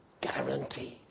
guaranteed